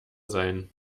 sein